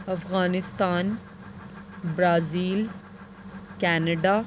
Afghanistan Brazil Canada